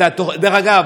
דרך אגב,